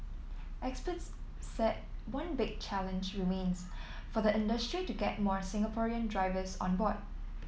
experts said one big challenge remains for the industry to get more Singaporean drivers on board